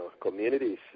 communities